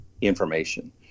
information